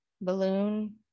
balloon